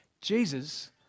Jesus